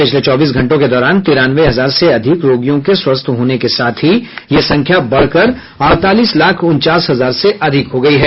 पिछले चौबीस घंटों के दौरान तिरानवे हजार से अधिक रोगियों के स्वस्थ होने के साथ ही यह संख्या बढ़कर अड़तालीस लाख उनचास हजार से अधिक हो गई है